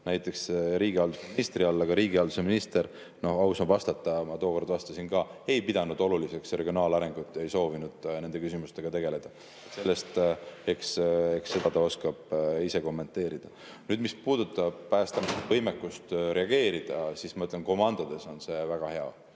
näiteks riigihalduse ministri all. Aga riigihalduse minister, no aus on vastata, ma tookord vastasin ka, ei pidanud oluliseks regionaalarengut, ei soovinud nende küsimustega tegeleda. Eks seda ta oskab ise kommenteerida. Mis puudutab Päästeameti võimekust reageerida, siis ma ütlen, et komandodes on see väga hea.